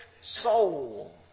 soul